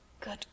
Good